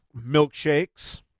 milkshakes